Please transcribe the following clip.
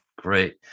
great